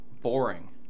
Boring